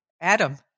Adam